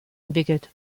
entwickelt